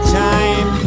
time